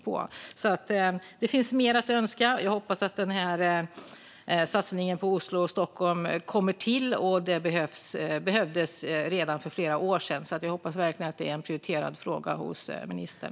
Det finns alltså mer att önska. Jag hoppas att den här satsningen på Oslo och Stockholm kommer till stånd. Den behövdes redan för flera år sedan. Jag hoppas verkligen att det är en prioriterad fråga hos ministern.